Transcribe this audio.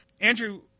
Andrew